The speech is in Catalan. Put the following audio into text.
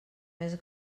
més